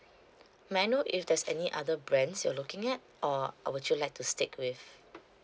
may I know if there's any other brands you're looking at or would you like to stick with